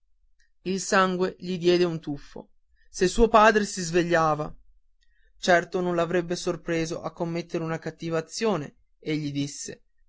il sangue gli diede un tuffo se suo padre si svegliava certo non l'avrebbe sorpreso a commettere una cattiva azione egli